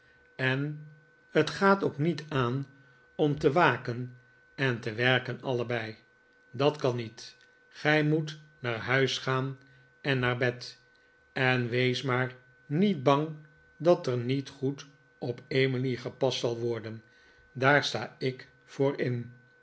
en het gaat ook niet aan om te waken en te werken allebei dat kan niet gij moet naar huis gaan en naar bed en wees maar niet bang dat er niet goed op emily gepast zal worden daar sta ik voor in